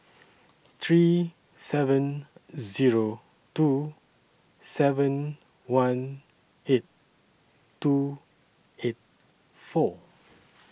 three seven Zero two seven one eight two eight four